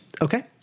Okay